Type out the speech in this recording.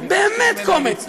באמת קומץ,